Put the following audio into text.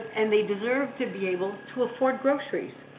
and they deserve to be able to afford groceries.